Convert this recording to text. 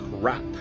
crap